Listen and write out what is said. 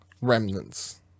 remnants